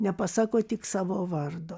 nepasako tik savo vardo